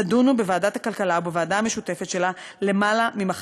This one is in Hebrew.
נדונו בוועדת הכלכלה ובוועדה המשותפת שלה למעלה ממחצית,